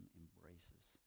embraces